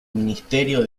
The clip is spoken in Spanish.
ministerio